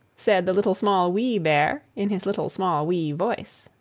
said the little, small, wee bear, in his little, small, wee voice.